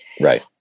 Right